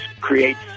creates